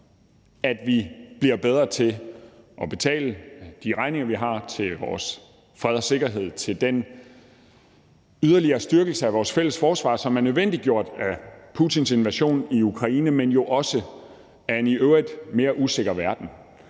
at vi bliver bedre til at betale de regninger, vi har, for vores fred og sikkerhed og for den yderligere styrkelse af vores fælles forsvar, som er nødvendiggjort af Putins invasion i Ukraine, men jo også af en i øvrigt mere usikker verden.